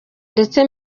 ndetse